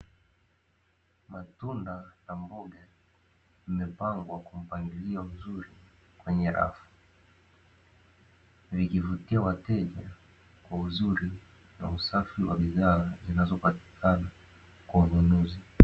Matunda na mboga zimepangwa kwa mpangilio mzuri kwenye rafu, vikivutia wateja kwa uzuri na usafi wa bidhaa zinazo patikana kwa wanunuzi.